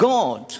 God